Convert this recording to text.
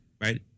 right